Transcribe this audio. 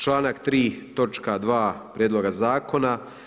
Članak 3. točka 2. Prijedloga zakona.